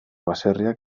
baserriak